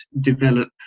develop